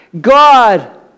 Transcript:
God